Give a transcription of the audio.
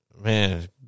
Man